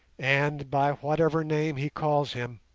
and, by whatever name he calls him,